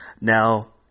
Now